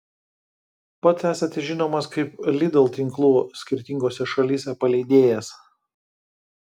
pats esate žinomas kaip lidl tinklų skirtingose šalyse paleidėjas